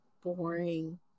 boring